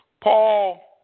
Paul